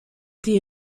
die